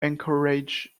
anchorage